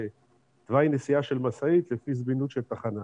תוואי נסיעה של משאית לפי זמינות של תחנה.